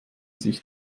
sich